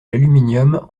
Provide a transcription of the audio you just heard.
l’aluminium